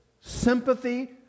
sympathy